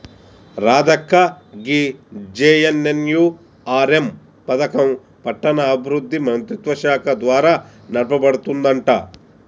రాధక్క గీ జె.ఎన్.ఎన్.యు.ఆర్.ఎం పథకం పట్టణాభివృద్ధి మంత్రిత్వ శాఖ ద్వారా నడపబడుతుందంట